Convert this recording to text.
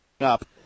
up